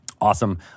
Awesome